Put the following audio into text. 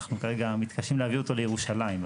אנחנו כרגע מתקשים להביא אותו לירושלים.